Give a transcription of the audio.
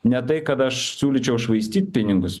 ne tai kad aš siūlyčiau švaistyt pinigus